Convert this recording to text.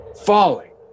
falling